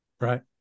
Right